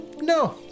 no